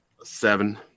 seven